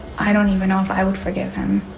i don't even know if i would forgive him.